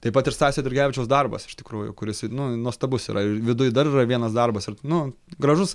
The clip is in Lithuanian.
taip pat ir stasio eidrigevičiaus darbas iš tikrųjų kuris nu nuostabus yra viduj dar yra vienas darbas ir nu gražus